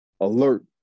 alert